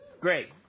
Great